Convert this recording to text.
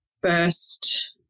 first